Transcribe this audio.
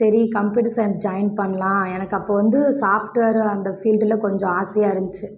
சரி computer science join பண்ணலாம் எனக்கு அப்போது வந்து சாஃப்டுவேர் அந்த ஃபீல்டில் கொஞ்சம் ஆசையாக இருந்துச்சு